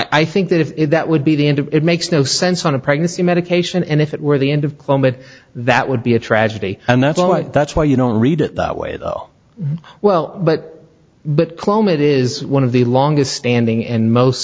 i think that if that would be the end of it makes no sense on a pregnancy medication and if it were the end of clomid that would be a tragedy and that's why that's why you don't read it that way at all well but but clomid is one of the longest standing and most